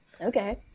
okay